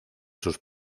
sus